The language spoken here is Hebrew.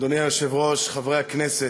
אדוני היושב-ראש, חברי הכנסת,